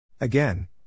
Again